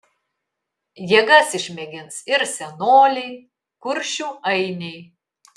jėgas išmėgins ir senoliai kuršių ainiai